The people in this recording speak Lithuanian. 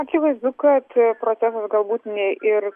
akivaizdu kad procesas galbūt ne ir